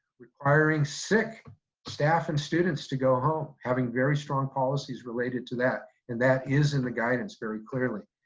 requiring sick staff and students to go home, having very strong policies related to that. and that is in the guidance very clearly.